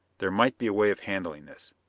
there might be a way of handling this.